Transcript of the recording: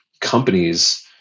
companies